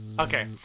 Okay